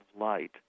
light